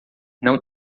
não